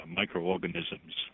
microorganisms